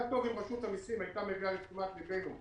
היה טוב אם רשות המסים היה מביאה לתשומת ליבנו,